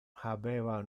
habeva